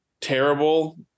terrible